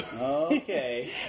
Okay